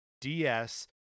DS